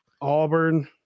Auburn